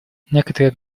некоторые